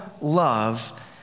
love